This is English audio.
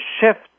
shift